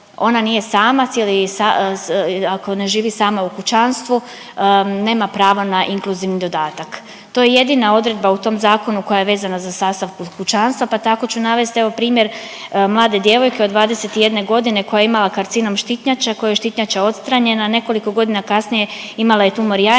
ona nije samac ili ako ne živi sama u kućanstvu nema pravo na inkluzivni dodatak. To je jedina odredba u tom zakonu koja je vezana za sastav kućanstva pa tako ću navesti evo primjer mlade djevojke od 21 godine koja je imala karcinom štitnjače, kojoj je štitnjača odstranjena, a nekoliko godina kasnije imala je tumor jajnika,